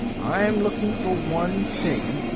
i'm looking for one thing.